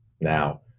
now